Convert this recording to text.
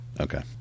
Okay